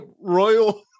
royal